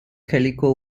calico